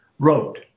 Wrote